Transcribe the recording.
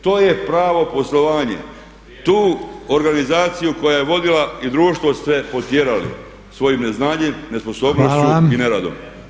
To je pravo poslovanje, tu organizaciju koja je vodila i društvo ste potjerali svojim neznanjem, nesposobnošću i neradnom.